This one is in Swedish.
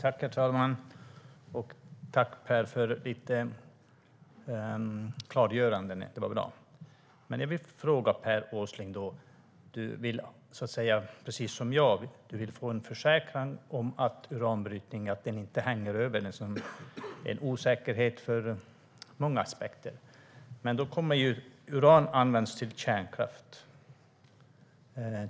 Herr talman! Tack för ditt klargörande, Per Åsling! Det var bra. Uran används till kärnkraft.